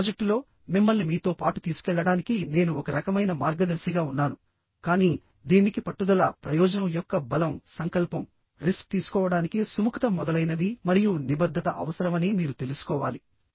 ఈ ప్రాజెక్టులో మిమ్మల్ని మీతో పాటు తీసుకెళ్లడానికి నేను ఒక రకమైన మార్గదర్శిగా ఉన్నాను కానీ దీనికి పట్టుదల ప్రయోజనం యొక్క బలం సంకల్పం రిస్క్ తీసుకోవడానికి సుముఖత మొదలైనవి మరియు నిబద్ధత అవసరమని మీరు తెలుసుకోవాలి